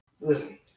listen